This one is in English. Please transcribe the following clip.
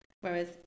Whereas